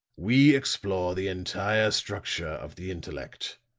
we explore the entire structure of the intellect.